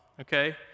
okay